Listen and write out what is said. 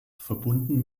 verbunden